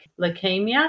leukemia